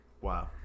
Wow